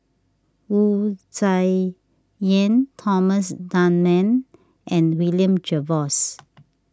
Wu Tsai Yen Thomas Dunman and William Jervois